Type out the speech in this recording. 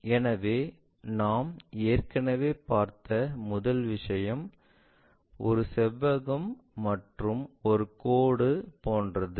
எனவே நாம் ஏற்கனவே பார்த்த முதல் விஷயம் ஒரு செவ்வகம் மற்றும் ஒரு கோடு போன்றது